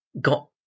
got